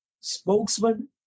spokesman